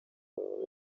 baba